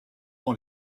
dans